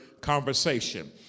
conversation